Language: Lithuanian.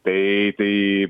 tai tai